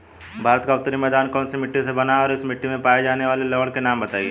भारत का उत्तरी मैदान कौनसी मिट्टी से बना है और इस मिट्टी में पाए जाने वाले लवण के नाम बताइए?